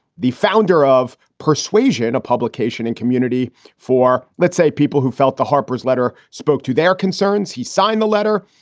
the founder of persuasion, a publication and community for, let's say, people who felt the harper's letter spoke to their concerns. he signed the letter.